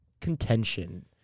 contention